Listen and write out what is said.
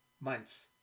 months